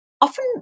often